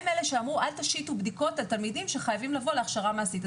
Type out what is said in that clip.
הם אלו שאמרו אל תשיתו בדיקות על תלמידים שחייבים לבוא להכשרה מעשית.